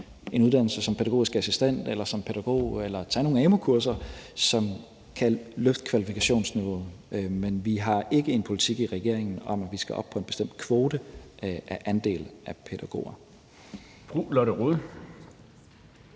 en uddannelse som pædagogisk assistent eller som pædagog eller tage nogle amu-kurser, som kan løfte kvalifikationsniveauet. Men vi har ikke en politik i regeringen om, at vi skal op på en bestemt kvote i forhold til andelen af pædagoger.